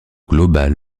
global